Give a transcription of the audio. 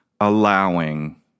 allowing